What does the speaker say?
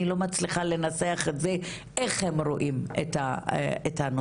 אני לא מצליחה לנסח איך הם רואים את הנושא